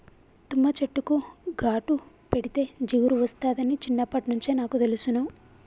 తుమ్మ చెట్టుకు ఘాటు పెడితే జిగురు ఒస్తాదని చిన్నప్పట్నుంచే నాకు తెలుసును